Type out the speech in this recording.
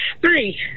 three